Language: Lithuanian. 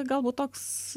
galbūt toks